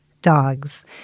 Dogs